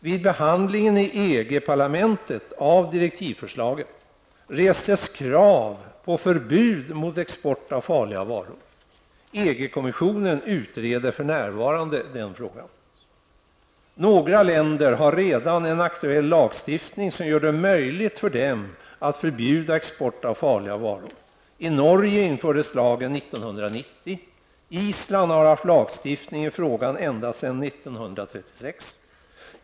Vid behandlingen i EG-parlamentet av direktivförslaget restes krav på förbud mot export av farliga varor. EG-kommissionen utreder för närvarande frågan. Några länder har redan en aktuell lagstiftning som gör det möjligt för dem att förbjuda export av farliga varor. I Norge infördes lagen 1990. Island har haft lagstiftning i frågan ända sedan 1936.